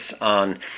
on